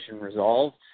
resolved